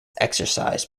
exercised